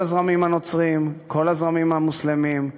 כל הזרמים הנוצריים, כל הזרמים המוסלמיים,